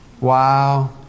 Wow